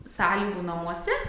sąlygų namuose